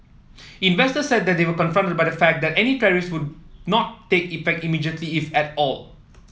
investor said they were comforted by the fact that any tariff would not take effect immediately if at all